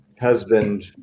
husband